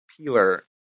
peeler